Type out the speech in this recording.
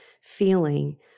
feeling